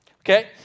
Okay